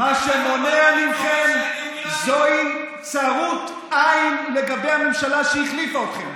מה שמונע מכם זו צרות עין לגבי הממשלה שהחליפה אתכם,